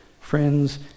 friends